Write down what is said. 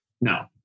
no